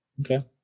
Okay